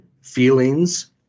feelings